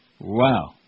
Wow